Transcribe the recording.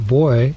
boy